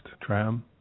tram